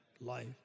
life